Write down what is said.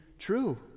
True